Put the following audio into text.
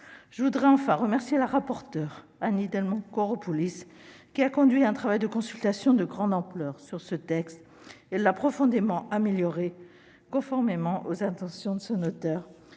Je voudrais enfin remercier la rapporteure, Annie Delmont-Koropoulis, qui a conduit un travail de consultation de grande ampleur sur ce texte et l'a profondément amélioré, conformément aux intentions de son auteure,